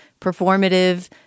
performative